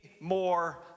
more